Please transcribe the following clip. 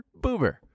Boober